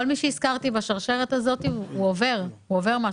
כל מי שהזכרתי בשרשרת הזאת עובר משהו,